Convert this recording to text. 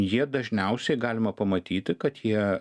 jie dažniausiai galima pamatyti kad jie